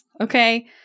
okay